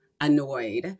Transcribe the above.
annoyed